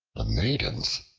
the maidens,